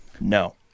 No